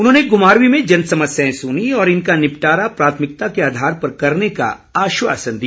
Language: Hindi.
उन्होंने घूमारवीं में जन समेस्याएं सुनीं और इनका निपटारा प्राथमिकता के आधार पर करने का आश्वासन दिया